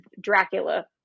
Dracula